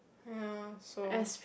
ya so